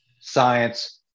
science